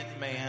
man